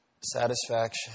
satisfaction